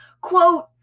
quote